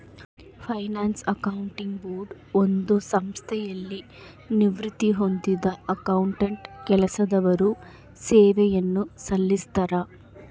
finance accounting board ಒಂದು ಸಂಸ್ಥೆಯಲ್ಲಿ ನಿವೃತ್ತಿ ಹೊಂದಿದ್ದ ಅಕೌಂಟೆಂಟ್ ಕೆಲಸದವರು ಸೇವೆಯನ್ನು ಸಲ್ಲಿಸ್ತರ